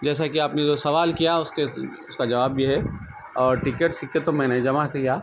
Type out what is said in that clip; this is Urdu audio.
جیساکہ آپ نے جو سوال اس کے اس کا جواب یہ ہے اور ٹکٹ سکیے تو میں نے جمع نہیں کیا